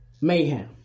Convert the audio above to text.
mayhem